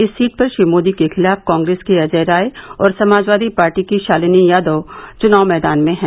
इस सीट पर श्री मोदी के खिलाफ कांग्रेस के अजय राय और समाजवादी पार्टी की शालिनी यादव च्नाव मैदान में हैं